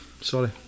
Sorry